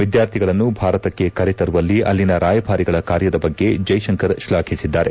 ವಿದ್ಯಾಥಿಗಳನ್ನು ಭಾರತಕ್ಕೆ ಕರೆತರುವಲ್ಲಿ ಅಲ್ಲಿನ ರಾಯಭಾರಿಗಳ ಕಾರ್ಯದ ಬಗ್ಗೆ ಜೈಶಂಕರ್ ಶ್ಲಾಘಿಸಿದ್ದಾರೆ